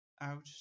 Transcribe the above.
Out